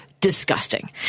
Disgusting